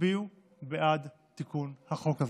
תצביעו בעד תיקון החוק הזה.